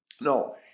No